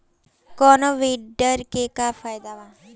कौनो वीडर के का फायदा बा?